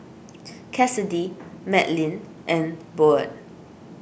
Cassidy Madlyn and Boyd